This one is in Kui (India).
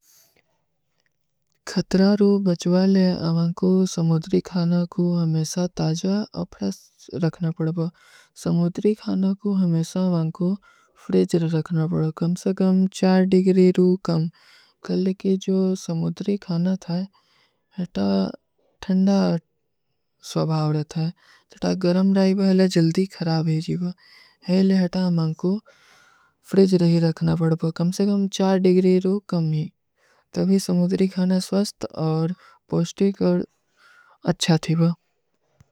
ଖତ୍ରାରୂ ବଚ୍ଵାଲେ, ଆମାଂକୋ ସମୁଦ୍ରୀ ଖାନା କୋ ହମେସା ତାଜା ଅପ୍ରସ ରଖନା ପଡବା। ସମୁଦ୍ରୀ ଖାନା କୋ ହମେସା ଆମାଂକୋ ଫ୍ରେଜ ରଖନା ପଡବା। କମସକମ ଚାର ଡିଗରୀ ରୂ କମ। କଲକେ ଜୋ ସମୁଦ୍ରୀ ଖାନା ଥା ହୈ, ହୈ ତା ଠଂଡା ସ୍ଵଭାଵ ରଥା ହୈ। ଜଟା ଗରମ ରହା ହୈ, ହୈଲେ ଜଲ୍ଦୀ ଖରାବ ହୈ ଜୀଵା। ହୈଲେ ହୈ ତା ଆମାଂକୋ ଫ୍ରେଜ ରଖନା ପଡବା। କମସକମ ଚାର ଡିଗରୀ ରୂ କମ ହୈ। ତଭୀ ସମୁଦ୍ରୀ ଖାନା ସଵସ୍ତ ଔର ପଷ୍ଟିକ ଔର ଅଚ୍ଛା ଥୀଵା।